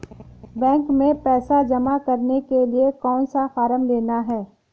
Bank में पैसा जमा करने के लिए कौन सा फॉर्म लेना है?